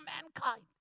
mankind